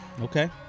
okay